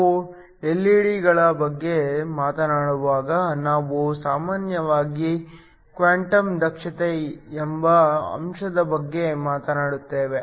ನಾವು ಎಲ್ಇಡಿಗಳ ಬಗ್ಗೆ ಮಾತನಾಡುವಾಗ ನಾವು ಸಾಮಾನ್ಯವಾಗಿ ಕ್ವಾಂಟಮ್ ದಕ್ಷತೆ ಎಂಬ ಅಂಶದ ಬಗ್ಗೆ ಮಾತನಾಡುತ್ತೇವೆ